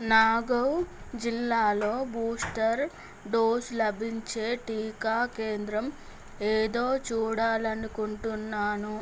నాగవ్ జిల్లాలో booster dose లభించే టీకా కేంద్రం ఏదో చూడాలనుకుంటున్నాను